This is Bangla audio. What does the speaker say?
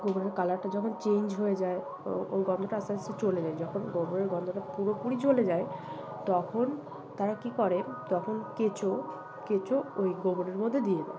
গোবরের কালারটা যখন চেঞ্জ হয়ে যায় ও ওই গন্ধটা আস্তে আস্তে চলে যায় যখন গোবরের গন্ধটা পুরোপুরি চলে যায় তখন তারা কী করে তখন কেঁচো কেঁচো ওই গোবরের মধ্যে দিয়ে দেয়